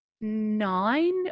nine